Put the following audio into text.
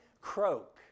croak